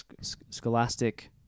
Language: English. scholastic